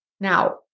Now